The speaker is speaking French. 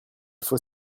faut